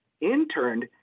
interned